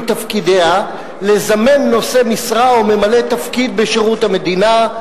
תפקידיה לזמן נושא משרה או ממלא תפקיד בשירות המדינה,